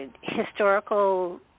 historical